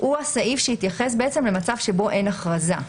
הוא הסעיף שהתייחס בעצם למצב שבו אין הכרזה.